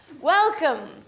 welcome